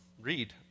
read